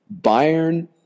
Bayern